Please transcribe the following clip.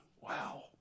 Wow